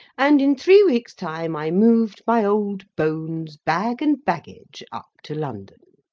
and, in three weeks' time, i moved my old bones, bag and baggage, up to london.